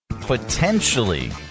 potentially